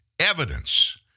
evidence